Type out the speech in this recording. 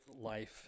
life